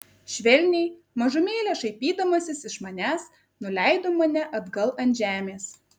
švelniai mažumėlę šaipydamasis iš manęs nuleido mane atgal ant žemės